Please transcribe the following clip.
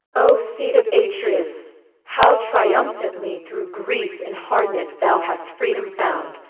o seed of atreus! how triumphantly through grief and hardness thou hast freedom found,